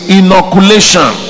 inoculation